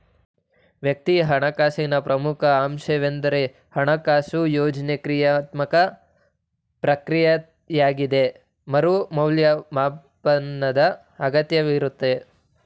ವೈಯಕ್ತಿಕ ಹಣಕಾಸಿನ ಪ್ರಮುಖ ಅಂಶವೆಂದ್ರೆ ಹಣಕಾಸು ಯೋಜ್ನೆ ಕ್ರಿಯಾತ್ಮಕ ಪ್ರಕ್ರಿಯೆಯಾಗಿದ್ದು ಮರು ಮೌಲ್ಯಮಾಪನದ ಅಗತ್ಯವಿರುತ್ತೆ